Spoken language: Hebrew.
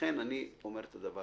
לכן אני מעמיד להצבעה